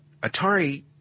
Atari